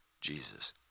Jesus